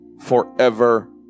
forever